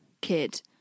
kid